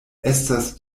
estas